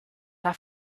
have